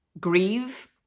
grieve